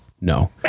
no